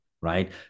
right